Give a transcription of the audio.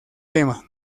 tema